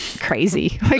crazy